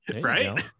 Right